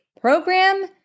program